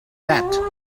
that